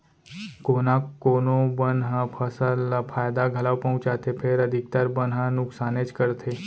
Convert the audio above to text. कोना कोनो बन ह फसल ल फायदा घलौ पहुँचाथे फेर अधिकतर बन ह नुकसानेच करथे